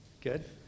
Good